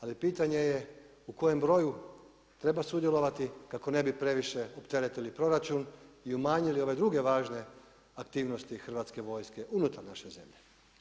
Ali pitanje je u kojem broju treba sudjelovati kako ne bi previše opteretili proračun i umanjili ove druge važne aktivnosti Hrvatske vojske unutar naše zemlje.